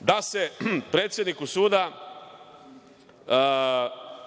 da predsednik suda